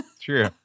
True